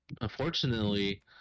unfortunately